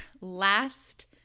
last